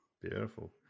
Beautiful